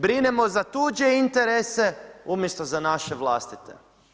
Brinemo za tuđe interese umjesto za naše vlastite.